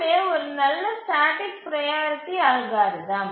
ஏ ஒரு நல்ல static priority algorithm